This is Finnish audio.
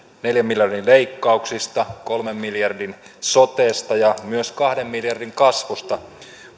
neljän miljardin leikkauksista kolmen miljardin sotesta ja myös kahden miljardin kasvusta